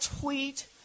tweet